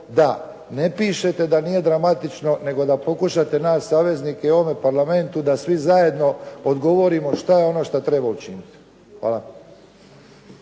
da ne pišete da nije dramatično, nego da pokušate nać saveznike i u ovome Parlamentu da svi zajedno odgovorimo šta je ono šta treba učiniti. Hvala.